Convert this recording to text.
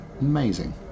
amazing